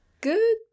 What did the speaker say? Good